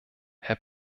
herr